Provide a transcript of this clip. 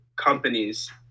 companies